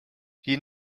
you